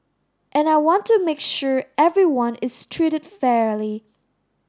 and I want to make sure everyone is treated fairly